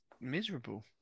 miserable